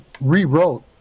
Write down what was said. rewrote